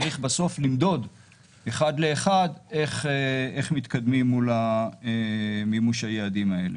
צריך בסוף למדוד אחד לאחד איך מתקדמים מול מימוש היעדים האלה.